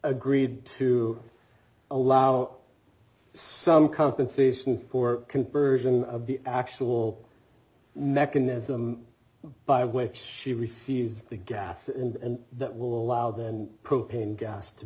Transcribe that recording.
agreed to allow some compensation for conversion of the actual mechanism by which she receives the gas and that will allow them propane gas to